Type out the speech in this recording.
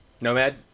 Nomad